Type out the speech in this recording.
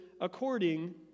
according